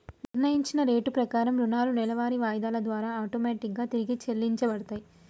నిర్ణయించిన రేటు ప్రకారం రుణాలు నెలవారీ వాయిదాల ద్వారా ఆటోమేటిక్ గా తిరిగి చెల్లించబడతయ్